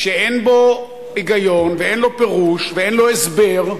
שאין בו היגיון, ואין לו פירוש, ואין לו הסבר,